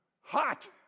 Hot